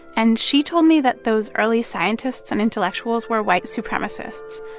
and she told me that those early scientists and intellectuals were white supremacists,